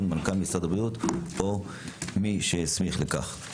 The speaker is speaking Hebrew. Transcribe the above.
ממנכ"ל משרד הבריאות או מי שהסמיך לכך.